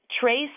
trace